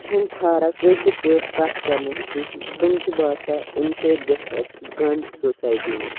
چھِنہٕ ٹھارا کٲشِر پٲٹھۍ کَتھ کَرنَس کیٚنٛہہ زِ تِم چھِ باسان امہِ سۭتۍ گَژھِ اَسہِ گنٛد سوسایٹی منٛز